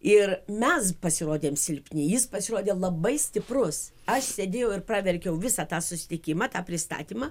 ir mes pasirodėm silpni jis pasirodė labai stiprus aš sėdėjau ir praverkiau visą tą susitikimą tą pristatymą